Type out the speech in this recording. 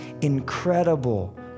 incredible